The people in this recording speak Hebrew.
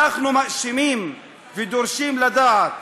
אנחנו מאשימים ודורשים לדעת: